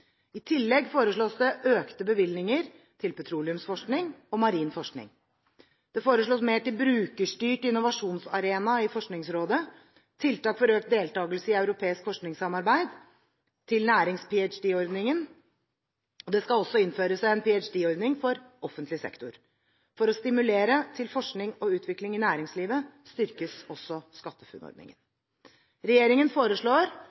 I tillegg foreslås det økte bevilgninger til petroleumsforskning og marin forskning. Det foreslås mer til Brukerstyrt innovasjonsarena i Forskningsrådet, tiltak for økt deltagelse i europeisk forskningssamarbeid, til nærings-ph.d.-ordningen. Det skal også innføres en ph.d-ordning for offentlig sektor. For å stimulere til forskning og utvikling i næringslivet styrkes også SkatteFUNN-ordningen. Regjeringen foreslår